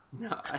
No